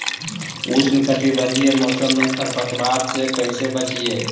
उष्णकटिबंधीय मौसम में खरपतवार से कैसे बचिये?